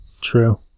true